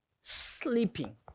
sleeping